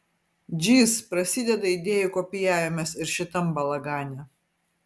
džyz prasideda idėjų kopijavimas ir šitam balagane